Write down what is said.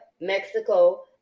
Mexico